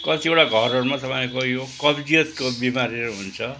कतिवटा घरहरूमा तपाईँ यो कब्जियतको बिमारीहरू हुन्छ